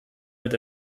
mit